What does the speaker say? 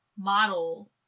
model